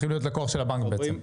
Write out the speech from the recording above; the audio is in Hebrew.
צריכים להיות לקוח של הבנק בעצם.